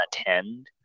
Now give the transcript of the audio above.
attend